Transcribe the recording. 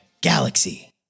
Galaxy